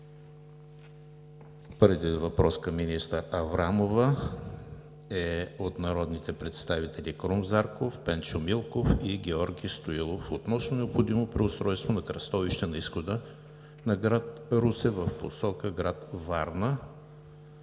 Първият въпрос към министър Аврамова е от народните представители Крум Зарков, Пенчо Милков и Георги Стоилов относно необходимо преустройство на кръстовище на изхода на град Русе в посока град Варна.